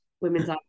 women's